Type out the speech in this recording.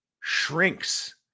shrinks